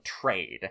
trade